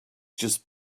just